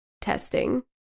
testing